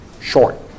short